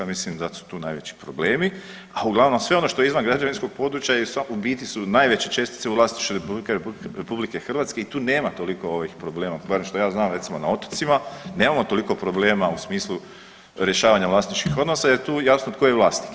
Mislim da su tu najveći problemi, a uglavnom sve ono što je izvan građevinskog područja su u biti najveće čestice u vlasništvu Republike Hrvatske i tu nema toliko ovih problema, barem što ja znam recimo na otocima nemamo toliko problema u smislu rješavanja vlasničkih odnosa, jer je tu jasno tko je vlasnik.